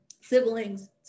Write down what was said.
siblings